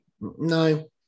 No